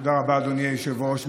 תודה רבה, אדוני היושב-ראש.